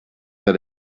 that